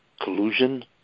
collusion